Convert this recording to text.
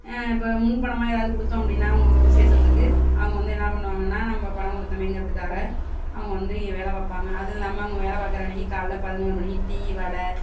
இப்போ முன் பணமாக ஏதாவது கொடுத்தோம் அப்படின்னா அவுங்கவங்க விசேஷத்துக்கு அவங்க வந்து என்ன பண்ணுவாங்கன்னால் நம்ம பணம் கொடுத்தமேங்கிறதுக்காக அவங்க வந்து இங்கே வேலை பார்ப்பாங்க அதுவும் இல்லாமல் அவங்க வேலை பார்க்கற அன்னிக்கி காலையில் பதினோரு மணிக்கு டீ வடை